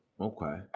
Okay